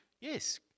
Yes